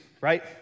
right